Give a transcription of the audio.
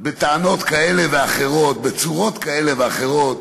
בטענות כאלה ואחרות, בצורות כאלה ואחרות,